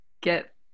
get